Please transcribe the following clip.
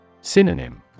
Synonym